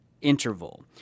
Interval